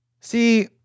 See